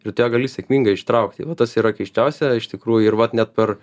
ir tu ją gali sėkmingai ištraukti va tas yra keisčiausia iš tikrųjų ir vat net per